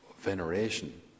veneration